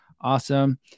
Awesome